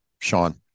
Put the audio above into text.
Sean